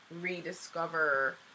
rediscover